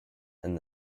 and